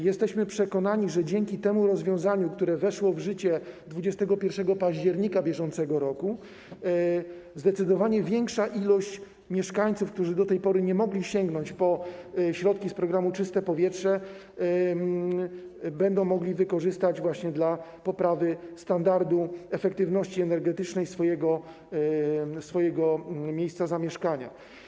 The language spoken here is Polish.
Jesteśmy przekonani, że dzięki temu rozwiązaniu, które weszło w życie 21 października br. zdecydowanie większa liczba mieszkańców, którzy do tej pory nie mogli sięgnąć po środki z programu „Czyste powietrze”, będzie mogła je wykorzystać dla poprawy standardu efektywności energetycznej swojego miejsca zamieszkania.